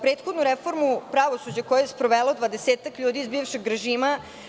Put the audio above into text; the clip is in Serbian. Prethodnu reformu pravosuđa sprovelo je dvadesetak ljudi iz bivšeg režima.